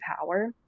power